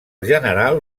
general